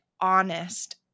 honest